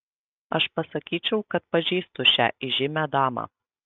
aš pasakyčiau kad pažįstu šią įžymią damą